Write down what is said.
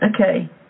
Okay